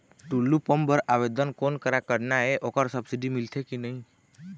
Tullu pump बर आवेदन कोन करा करना ये ओकर सब्सिडी मिलथे की नई?